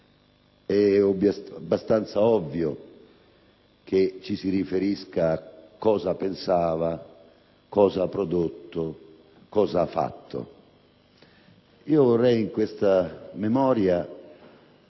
è abbastanza ovvio che ci si riferisca a cosa pensava, a cosa ha prodotto e a cosa ha fatto. In questa memoria,